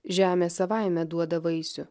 žemė savaime duoda vaisių